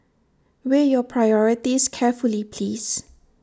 weigh your priorities carefully please